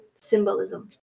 symbolism